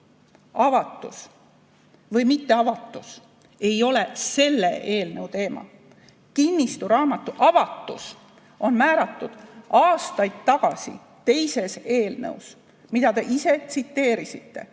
avatus või mitteavatus ei ole selle eelnõu teema. Kinnistusraamatu avatus on määratud aastaid tagasi teises eelnõus, mida te ise tsiteerisite.